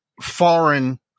foreign